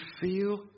feel